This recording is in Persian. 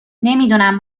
نمیدونم